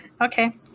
okay